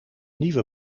nieuwe